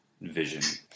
vision